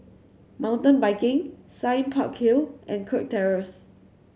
Mountain Biking Sime Park Hill and Kirk Terrace